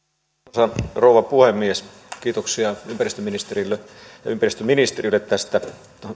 arvoisa rouva puhemies kiitoksia ympäristöministerille ja ympäristöministeriölle tästä